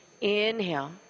Inhale